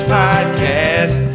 podcast